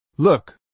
Look